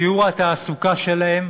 שיעור התעסוקה שלהם